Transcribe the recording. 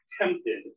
tempted